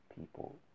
people